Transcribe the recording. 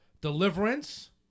Deliverance